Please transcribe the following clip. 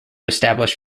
establish